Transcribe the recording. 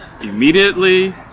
immediately